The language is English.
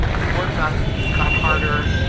the work got caught harder.